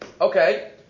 Okay